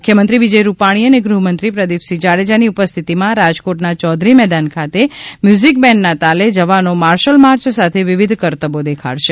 મુખ્યમંત્રી વિજય રૂપાણી અને ગૃહમંત્રી પ્રદીપસિંહ જાડેજાની ઉપસ્થિતિમાં રાજકોટના ચૌધરી મેદાન ખાતે મ્યુઝિક બેન્ડના તાલે જવાનો મશાલ માર્ચ સાથે વિવિધ કરતબો દેખાડશે